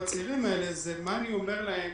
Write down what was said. הצעירים האלה הוא מה אני אומר להם